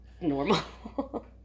normal